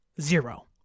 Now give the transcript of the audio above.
Zero